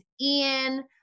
Ian